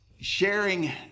sharing